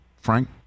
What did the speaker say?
Frank